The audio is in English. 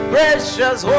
Precious